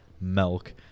milk